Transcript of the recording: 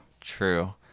true